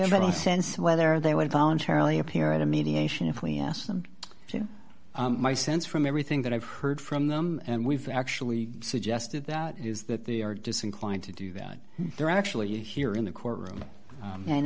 i sense whether they would voluntarily appear at a mediation if we asked them to my sense from everything that i've heard from them and we've actually suggested that is that they are disinclined to do that they're actually here in the courtroom and